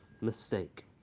mistake